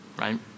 right